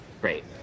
Great